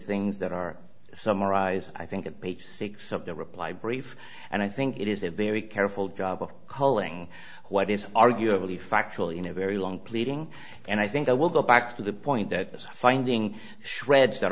things that are summarized i think at page six of the reply brief and i think it is a very careful job of calling what is arguably factual in a very long pleading and i think i will go back to the point that finding shreds that